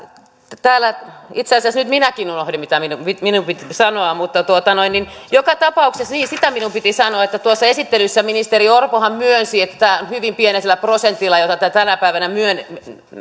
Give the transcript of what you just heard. itse asiassa nyt minä unohdin mitä minun piti sanoa mutta joka tapauksessa niin sitä minun piti sanoa että esittelyssä ministeri orpohan myönsi että hyvin pienellä prosentilla tätä tänä päivänä